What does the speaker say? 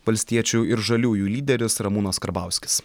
valstiečių ir žaliųjų lyderis ramūnas karbauskis